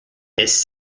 his